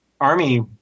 army